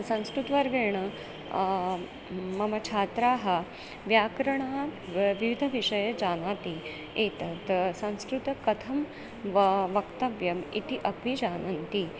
संस्कृतर्गेण मम छात्राः व्याकरणं व विविधविषये जानाति एतत् संस्कृतं कथं वा वक्तव्यम् इति अपि जानन्ति